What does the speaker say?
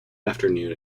afternoon